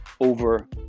over